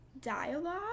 dialogue